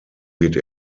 wird